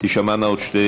תישמענה שתי